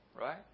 Right